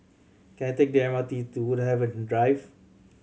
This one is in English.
can I take the M R T to Woodhaven Drive